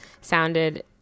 sounded